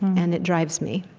and it drives me.